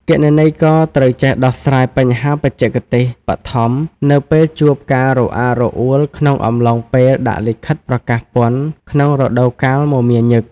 គណនេយ្យករត្រូវចេះដោះស្រាយបញ្ហាបច្ចេកទេសបឋម នៅពេលជួបការរអាក់រអួលក្នុងកំឡុងពេលដាក់លិខិតប្រកាសពន្ធក្នុងរដូវកាលមមាញឹក។